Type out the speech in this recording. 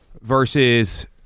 versus